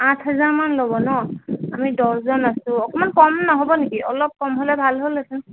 আঠ হাজাৰ মান ল'ব ন আমি দহজন আছোঁ অকমান কম নহ'ব নেকি অলপ কম হ'লে ভাল হ'লহেঁতেন